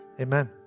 amen